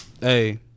hey